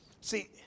See